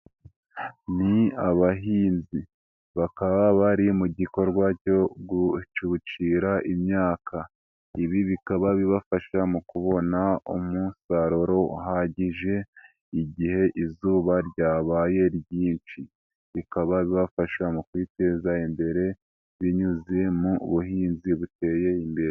Ni abahinzi bakaba bari mu gikorwa cyo gucucira imyaka, ibi bikaba bibafasha mu kubona umusaruro uhagije igihe izuba ryabaye ryinshi , bikaba bibafasha mu kwiteza imbere ,binyuze mu buhinzi buteye imbere.